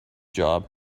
job